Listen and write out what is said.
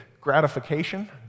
gratification